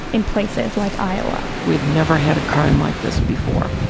in places like iowa. we'd never had a crime like this before.